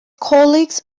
colleagues